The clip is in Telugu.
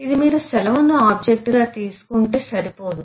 ఇది మీరు సెలవును ఆబ్జెక్ట్ గా తీసుకుంటే సరిపోదు